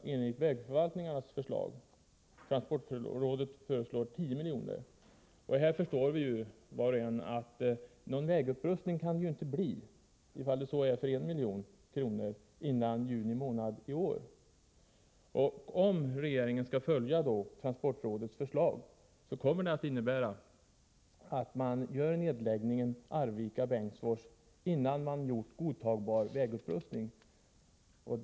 Transportrådet har beräknat investeringsbehovet till 10 milj.kr. Var och en förstår att det inte kan bli någon vägupprustning — om så ens för 1 milj.kr. — före juni månad i år. Om regeringen följer transportrådets förslag kommer det att innebära att bandelen Arvika-Bengtsfors läggs ned innan man genomfört en godtagbar vägupprustning.